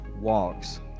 Walks